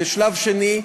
בשלב השני,